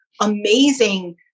amazing